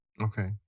Okay